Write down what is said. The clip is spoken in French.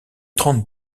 trente